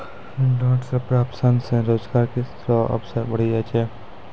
डांट से प्राप्त सन से रोजगार रो अवसर बढ़ी जाय छै